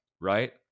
right